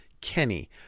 Kenny